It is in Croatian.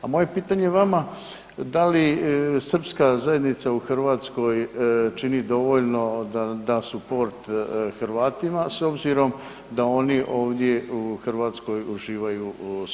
A moje pitanje vama, da li srpska zajednica u Hrvatskoj čini dovoljno da da suport Hrvatima s obzirom da oni ovdje u Hrvatskoj uživaju sva prava?